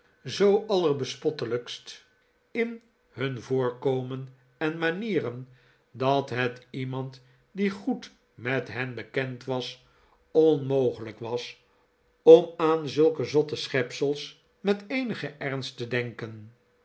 zoo allerbespottelijkst in hun voorkomen en manieren dat het iemand die goed met hen bekend was onmogelijk was om aan zulke zotte schepsels met eenigen ernst te denken